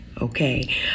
Okay